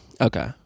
Okay